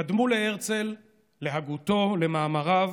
קדמו להרצל, להגותו, למאמריו,